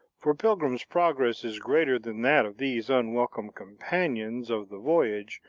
for pilgrim's progress is greater than that of these unwelcome companions of the voyage,